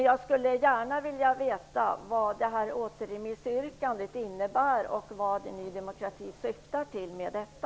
Jag skulle gärna vilja veta vad återremissyrkandet innebär och vad Ny demokrati syftar till med detta.